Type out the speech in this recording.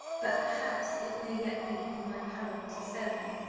but, perhaps, it may yet be in my power to serve you,